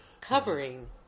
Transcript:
covering